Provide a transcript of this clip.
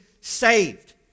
saved